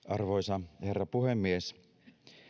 arvoisa herra puhemies